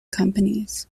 companies